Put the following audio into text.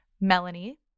Melanie